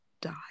die